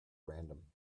random